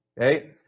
Okay